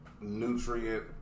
Nutrient